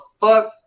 fuck